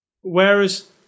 whereas